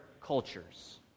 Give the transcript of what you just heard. cultures